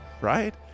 right